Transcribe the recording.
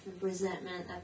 resentment